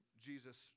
Jesus